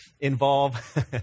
involve